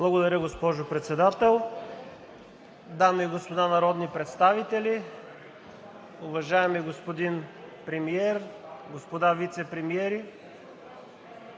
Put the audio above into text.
Благодаря, госпожо Председател. Дами и господа народни представители, уважаеми господин Премиер, господа вицепремиери!